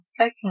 Okay